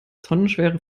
tonnenschwere